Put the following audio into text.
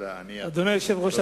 אדוני היושב-ראש,